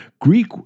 Greek